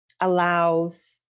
allows